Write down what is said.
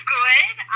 good